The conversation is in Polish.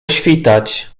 świtać